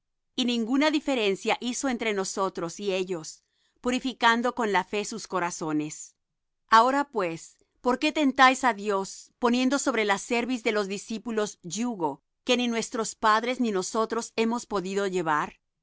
y ninguna diferencia hizo entre nosotros y ellos purificando con la fe sus corazones ahora pues por qué tentáis á dios poniendo sobre la cerviz de los discípulos yugo que ni nuestros padres ni nosotros hemos podido llevar